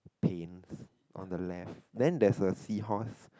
panes on the left then there's a seahorse